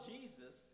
Jesus